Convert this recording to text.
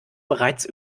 bereits